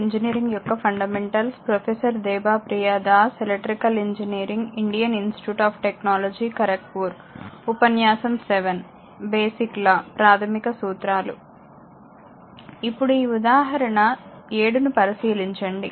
ఇప్పుడు ఈ ఉదాహరణ 7 ను పరిశీలించండి